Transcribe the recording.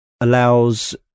allows